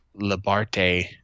Labarte